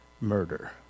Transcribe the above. murder